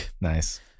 Nice